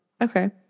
Okay